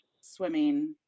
swimming